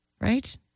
right